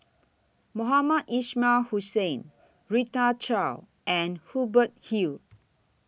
Mohamed Ismail Hussain Rita Chao and Hubert Hill